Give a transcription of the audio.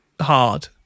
hard